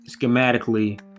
schematically